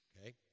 Okay